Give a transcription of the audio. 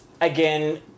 again